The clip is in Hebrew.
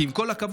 כי עם כל הכבוד,